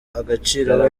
agaciro